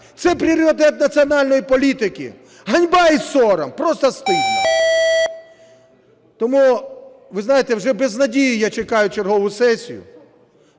Це пріоритет національної політики? Ганьба і сором! Просто стыдно! Тому, ви знаєте, вже без надії я чекаю чергову сесію.